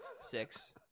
six